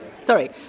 Sorry